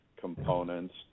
components